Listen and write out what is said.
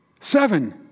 Seven